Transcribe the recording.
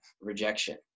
rejection